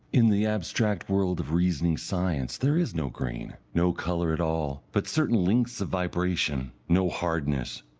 in the abstract world of reasoning science there is no green, no colour at all, but certain lengths of vibration no hardness,